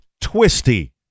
twisty